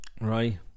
Right